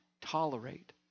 tolerate